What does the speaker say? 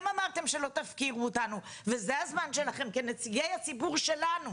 אמרתם שלא תפקירו אותנו וזה הזמן שלכם כנציגי הציבור שלנו,